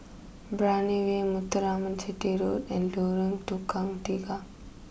Brani way Muthuraman Chetty Road and Lorong Tukang Tiga